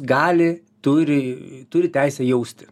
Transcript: gali turi turi teisę jausti